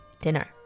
dinner